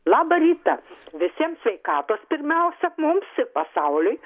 labą rytą visiems sveikatos pirmiausia mums pasauliui